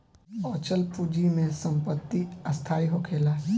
अचल पूंजी में संपत्ति स्थाई होखेला